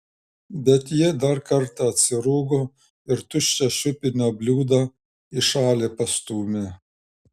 bet ji dar kartą atsirūgo ir tuščią šiupinio bliūdą į šalį pastūmė